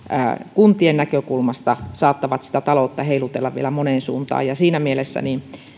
kuntien näkökulmasta saattavat sitä taloutta heilutella vielä moneen suuntaan siinä mielessä